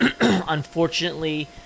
Unfortunately